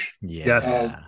Yes